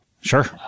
Sure